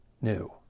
new